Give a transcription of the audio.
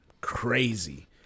crazy